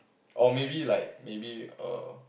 or maybe like maybe err